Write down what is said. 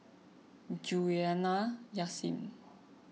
Juliana Yasin